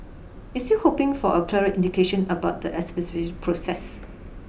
it's still hoping for a clearer indication about the exemption process